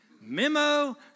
Memo